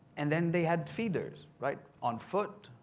and then they had feeders right on foot,